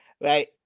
right